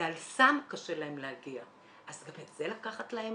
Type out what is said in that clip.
ל"אל סם" קשה להם להגיע, אז גם את זה לקחת להם?